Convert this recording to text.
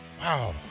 Wow